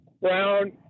Brown